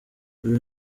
uyu